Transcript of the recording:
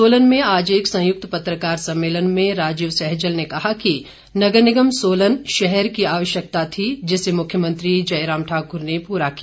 सोलन में आज एक संयुक्त पत्रकार सम्मेलन में राजीव सैजल ने कहा कि नगर निगम सोलन शहर की आवश्यकता थी जिसे मुख्यमंत्री जयराम ठाकुर ने पूरा किया